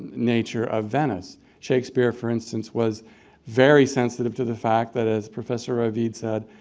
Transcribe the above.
nature of venice. shakespeare, for instance, was very sensitive to the fact that, as professor ravid said,